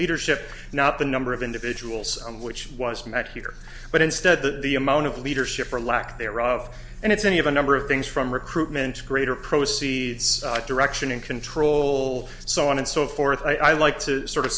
leadership not the number of individuals which was met here but instead that the amount of leadership or lack thereof and its any of a number of things from recruitment greater proceeds of direction and control so on and so forth i like to sort of